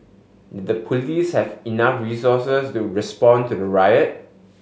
did the police have enough resources to respond to the riot